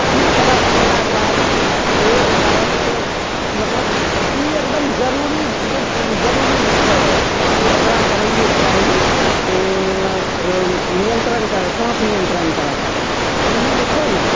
इस तरहसे कएलाके बाद एगो गायकके मतलब ई एकदम जरूरी से जरूरी छै कि ओकरा करैएके चाही नियन्त्रणके श्वास नियन्त्रण करै खातिर आओर ई जे छै ने